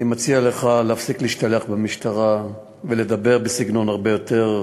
אני מציע לך להפסיק להשתלח במשטרה ולדבר בסגנון הרבה יותר פרלמנטרי.